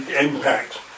impact